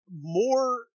more